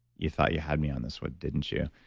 you thought you had me on this one, didn't you?